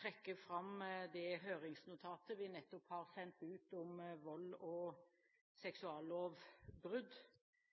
trekke fram det høringsnotatet vi nettopp har sendt ut om vold og seksuallovbrudd,